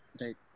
Right